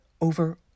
over